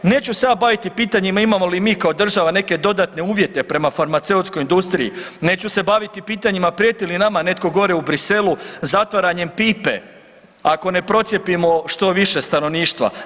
Neću se ja baviti pitanjima imamo li mi kao država neke dodatne uvjete prema farmaceutskoj industriji, neću se baviti pitanjima prijeti li nama netko gore u Briselu zatvaranjem pipe ako ne procijepimo što više stanovništva.